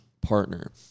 partner